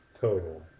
total